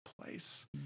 place